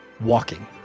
Walking